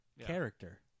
Character